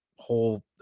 whole